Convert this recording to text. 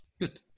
Good